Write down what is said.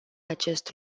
acest